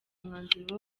umwanzuro